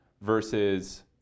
versus